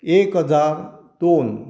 एक हजार दोन